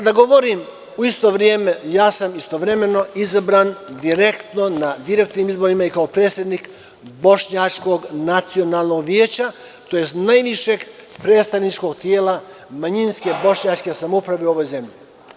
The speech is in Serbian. Dok govorim, u isto vreme ja sam istovremeno izabran direktno na direktnim izborima i kao predsednik Bošnjačkog nacionalnog veća, tj. najvišeg predstavničkog tela manjinske bošnjačke samouprave u ovoj zemlji.